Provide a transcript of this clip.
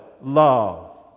love